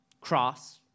cross